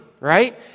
right